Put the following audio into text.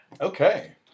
Okay